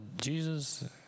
Jesus